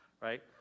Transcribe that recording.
right